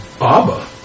Abba